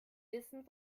wissen